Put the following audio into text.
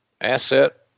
asset